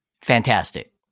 Fantastic